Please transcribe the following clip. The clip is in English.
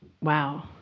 wow